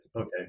okay